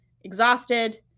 exhausted